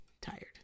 tired